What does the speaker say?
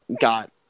got